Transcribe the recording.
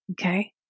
okay